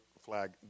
flag